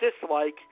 dislike